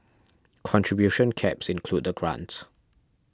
contribution caps include the grants